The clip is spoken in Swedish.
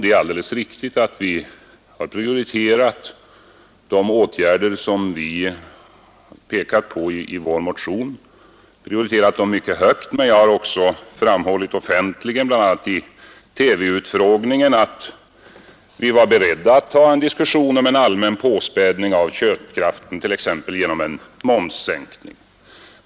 Det är riktigt att vi mycket högt prioriterat de åtgärder vi pekar på i vår motion, men jag har också offentligen — bl.a. i TV-utfrågningen — framhållit att vi var beredda att ta en diskussion om en allmän påspädning av köpkraften t.ex. genom en momssänkning.